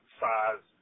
size